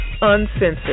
uncensored